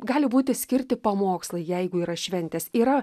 gali būti skirti pamokslai jeigu yra šventės yra